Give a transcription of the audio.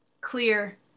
clear